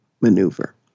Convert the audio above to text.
maneuver